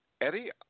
eddie